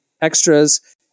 extras